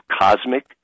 cosmic